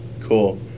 cool